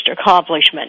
accomplishment